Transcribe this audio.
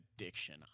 addiction